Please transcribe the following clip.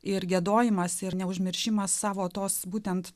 ir giedojimas ir neužmiršimas savo tos būtent